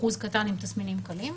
אחוז קטן עם תסמינים קלים.